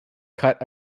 cut